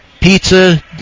pizza